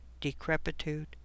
decrepitude